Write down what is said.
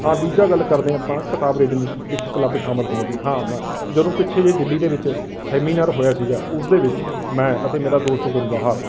ਹਾਂ ਦੂਜਾ ਗੱਲ ਕਰਦੇ ਹਾਂ ਆਪਾਂ ਕਿਤਾਬ ਰੀਡਿੰਗ ਵਿੱਚ ਕਲੱਬ ਸ਼ਾਮਿਲ ਹੋਣ ਦੀ ਹਾਂ ਮ ਜਦੋਂ ਪਿੱਛੇ ਜਿਹੇ ਦਿੱਲੀ ਦੇ ਵਿੱਚ ਸੈਮੀਨਾਰ ਹੋਇਆ ਸੀਗਾ ਉਸ ਦੇ ਵਿੱਚ ਮੈਂ ਅਤੇ ਮੇਰਾ ਦੋਸਤ ਗੁਰਬਹਾਰ